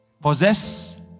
Possess